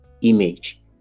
image